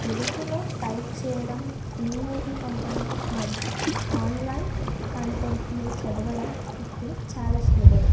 తెలుగులో టైప్ చేయడం ఈమెయిలు పంపడం మరియు ఆన్లైన్ కంటెంట్ను చదవడం ఇప్పుడు చాలా సులభం